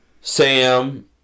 sam